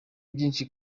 byinshi